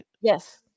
Yes